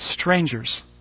strangers